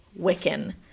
Wiccan